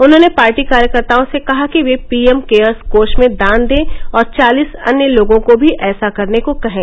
उन्होंने पार्टी कार्यकर्ताओं से कहा कि वे पीएम केयर्स कोष में दान दें और चालीस अन्य लोगों को भी ऐसा करने को कहे